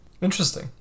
interesting